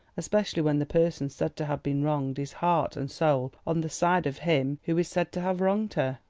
especially when the person said to have been wronged is heart and soul on the side of him who is said to have wronged her.